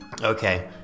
Okay